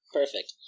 perfect